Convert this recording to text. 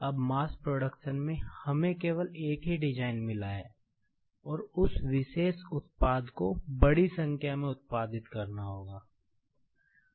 अब mass production में हमें केवल एक डिज़ाइन मिला है और उस विशेष उत्पाद को बड़ी संख्या में उत्पादित किया जाना है